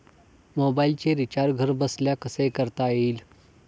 मोबाइलचे रिचार्ज घरबसल्या कसे करता येईल?